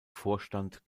vorstand